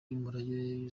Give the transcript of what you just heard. z’umurage